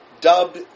dubbed